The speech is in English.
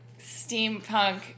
steampunk